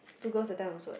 two girls that time also what